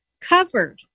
covered